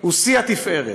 הוא שיא התפארת.